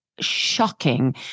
shocking